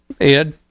Ed